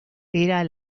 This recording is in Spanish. era